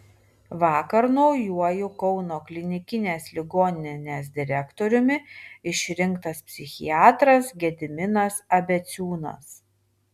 vakar naujuoju kauno klinikinės ligoninės direktoriumi išrinktas psichiatras gediminas abeciūnas